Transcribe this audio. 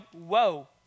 whoa